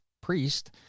Priest